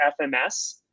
FMS